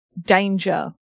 danger